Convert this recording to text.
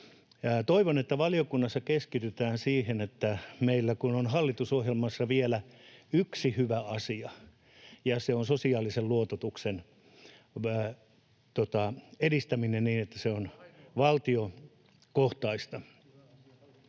Toivon, että valiokunnassa keskitytään siihen, että meillä kun on hallitusohjelmassa vielä yksi hyvä asia, ja se on sosiaalisen luototuksen edistäminen niin että se on valtiokohtaista,